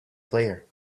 player